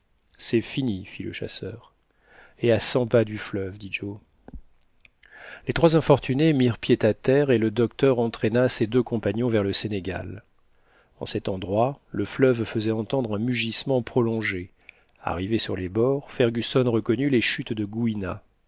c'est fini fit le chasseur et à cent pas du fleuve dit joe les trois infortunés mirent pied à terre et le docteur entraîna ses deux compagnons vers le sénégal en cet endroit le fleuve faisait entendre un mugissement prolongé arrivé sur les bords fergusson reconnut les chutes de gouina